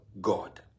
God